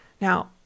Now